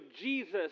Jesus